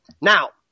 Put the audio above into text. Now